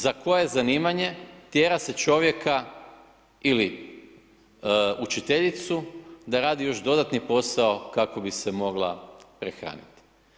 Za koje zanimanje tjera se čovjeka ili učiteljicu da radi još dodatni posao kako bi se mogla prehraniti.